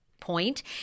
point